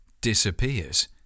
disappears